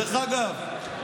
דרך אגב,